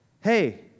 hey